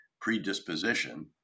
predisposition